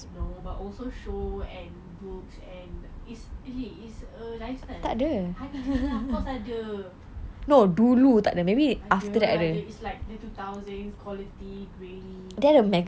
no but also shows and books and it's it's a lifestyle ada lah of course ada ada its like two thousand quality grainy